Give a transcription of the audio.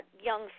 young